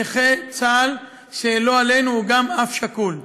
נכה צה"ל שלא עלינו הוא גם אב שכול,